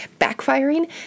backfiring